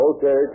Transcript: Okay